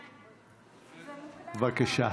בבקשה.